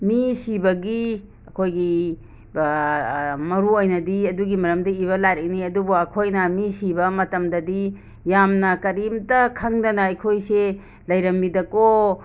ꯃꯤ ꯁꯤꯕꯒꯤ ꯑꯩꯈꯣꯏꯒꯤ ꯃꯔꯨꯑꯣꯏꯅꯗꯤ ꯑꯗꯨꯒꯤ ꯃꯔꯝꯗ ꯏꯕ ꯂꯥꯏꯔꯤꯛꯅꯤ ꯑꯗꯨꯕꯨ ꯑꯩꯈꯣꯏꯅ ꯃꯤ ꯁꯤꯕ ꯃꯇꯝꯗꯗꯤ ꯌꯥꯝꯅ ꯀꯔꯤꯝꯇ ꯈꯪꯗꯅ ꯑꯩꯈꯣꯏꯁꯦ ꯂꯩꯔꯝꯃꯤꯗꯀꯣ